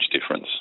difference